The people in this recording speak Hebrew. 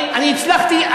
אני הצלחתי,